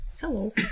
Hello